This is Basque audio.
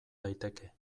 daiteke